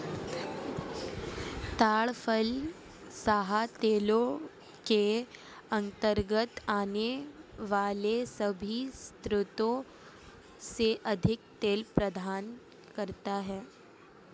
ताड़ फल खाद्य तेलों के अंतर्गत आने वाले सभी स्रोतों से अधिक तेल प्रदान करता है